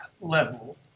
level